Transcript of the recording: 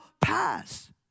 pass